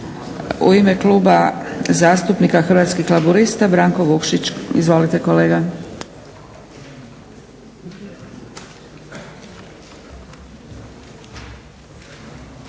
U ime Kluba zastupnika Hrvatskih laburista Branko Vukšić. Izvolite kolega.